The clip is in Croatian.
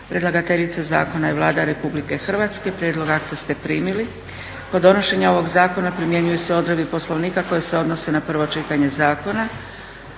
Predlagateljica zakona je Vlada RH. Prijedlog akta ste primili. Kod donošenja ovog zakona primjenjuju se odredbe Poslovnika koje se odnose na prvo čitanje zakona.